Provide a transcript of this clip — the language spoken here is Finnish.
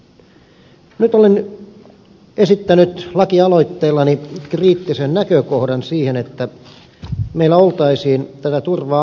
nyt olen esittänyt lakialoitteellani kriittisen näkökohdan siihen että meillä oltaisiin tätä turvaa laskemassa